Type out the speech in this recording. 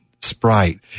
sprite